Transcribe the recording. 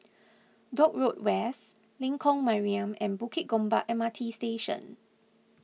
Dock Road West Lengkok Mariam and Bukit Gombak M R T Station